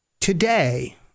Today